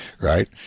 Right